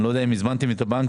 אני לא יודע אם הזמנתם את הבנקים.